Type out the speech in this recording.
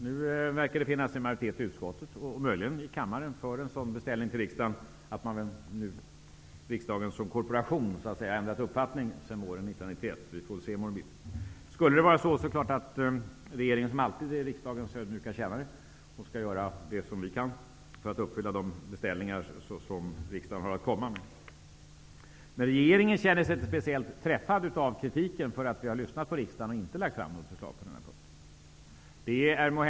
Nu verkar det finnas en majoritet i utskottet och möjligen i kammaren för en beställning om en lag mot tobaksreklam. Om riksdagen som korporation har ändrat uppfattning får vi väl se i morgon bitti. Skulle det vara så kommer regeringen, som alltid är riksdagens ödmjuka tjänare, att göra det den kan för att fullgöra de beställningar riksdagen har att komma med. Men regeringen känner sig inte speciellt träffad av kritiken för att ha lyssnat på riksdagen och inte lagt fram något förslag på denna punkt.